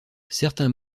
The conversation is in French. certains